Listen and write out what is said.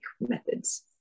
methods